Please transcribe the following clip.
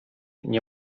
nie